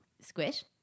Squish